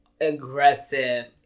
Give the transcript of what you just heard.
Aggressive